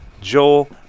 Joel